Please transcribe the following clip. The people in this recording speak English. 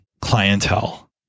clientele